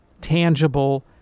tangible